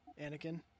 Anakin